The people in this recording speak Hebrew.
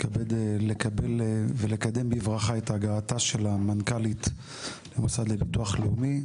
לקבל ולקדם בברכה את הגעתה של המנכ"לית למוסד לביטוח לאומי,